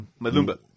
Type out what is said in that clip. Malumba